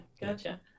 Gotcha